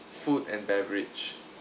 food and beverage